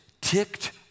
ticked